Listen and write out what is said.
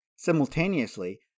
Simultaneously